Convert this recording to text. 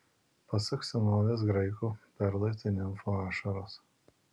pasak senovės graikų perlai tai nimfų ašaros